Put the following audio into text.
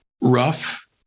rough